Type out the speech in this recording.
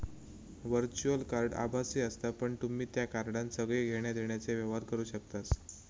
virtual card आभासी असता पण तुम्ही त्या कार्डान सगळे घेण्या देण्याचे व्यवहार करू शकतास